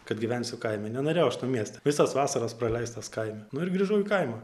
kad gyvensiu kaime nenorėjau aš to miesto visos vasaros praleistos kaime nu ir grįžau į kaimą